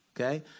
okay